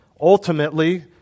ultimately